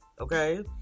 okay